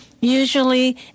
usually